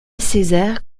césaire